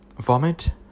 vomit